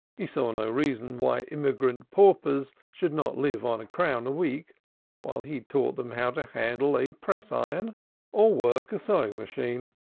he saw no reason why immigrant paupers should not live on a crown a week while he taught them how to handle a press-iron or work a sewing machine.